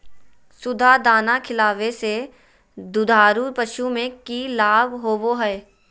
सुधा दाना खिलावे से दुधारू पशु में कि लाभ होबो हय?